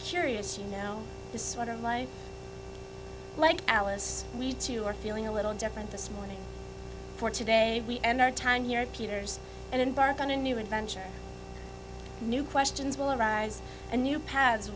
curious you know the sort of life like alice we too are feeling a little different this morning for today we end our time here peters and embark on a new adventure new questions will arise and new pa